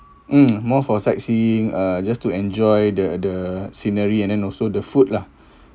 mm more for sightseeing uh just to enjoy the the scenery and then also the food lah